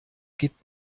gibt